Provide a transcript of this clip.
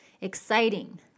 exciting